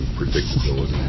predictability